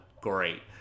great